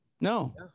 No